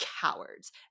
cowards